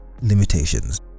limitations